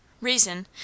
Reason